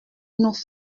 nous